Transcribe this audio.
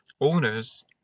owners